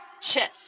chess